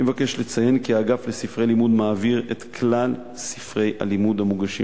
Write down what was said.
אני מבקש לציין כי האגף לספרי לימוד מעביר את כלל ספרי הלימוד המוגשים